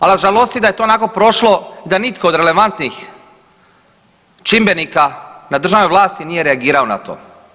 Al nas žalosti da je to onako prošlo da nitko od relevantnih čimbenika na državnoj vlasti nije reagirao na to.